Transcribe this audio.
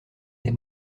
des